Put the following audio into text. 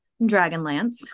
Dragonlance